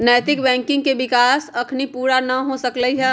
नैतिक बैंकिंग के विकास अखनी पुरा न हो सकलइ ह